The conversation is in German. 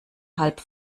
halb